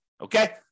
Okay